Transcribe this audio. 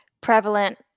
prevalent